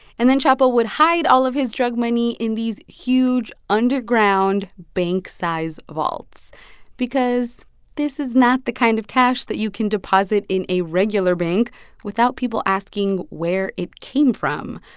and then chapo would hide all of his drug money in these huge, underground bank-size vaults because this is not the kind of cash that you can deposit in a regular bank without people asking where it came from.